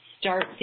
start